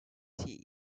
tea